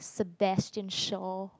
the Bastian shore